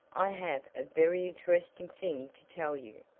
i have a very interesting thing to tell you,